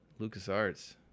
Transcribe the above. LucasArts